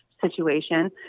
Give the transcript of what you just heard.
situation